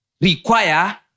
require